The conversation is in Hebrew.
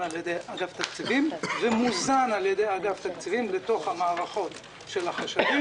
על ידי אגף התקציבים ומוזן על ידי אגף התקציבים לתוך המערכות של החשבים.